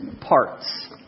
parts